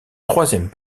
troisième